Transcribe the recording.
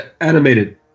animated